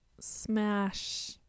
Smash